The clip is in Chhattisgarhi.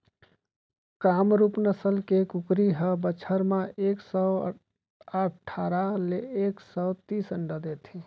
कामरूप नसल के कुकरी ह बछर म एक सौ अठारा ले एक सौ तीस अंडा देथे